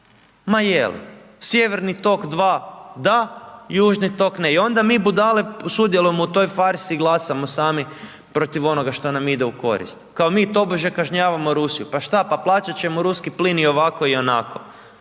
Ma je li? Sjeverni tok II da, Južni tok ne. I onda mi budale sudjelujemo u toj farsi i glasamo sami protiv onoga što nam ide u korist kao mi tobože kažnjavamo Rusiju, pa šta, pa plaćat ćemo ruski plin i ovako i onako